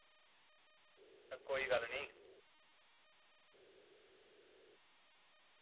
कोई गल्ल नी